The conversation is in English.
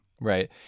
Right